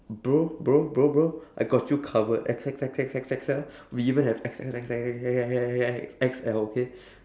bro bro bro bro I got you covered X X X X X L we even have X X X X X X X X X X L okay